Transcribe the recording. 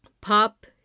pop